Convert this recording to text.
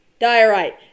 Diorite